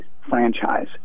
franchise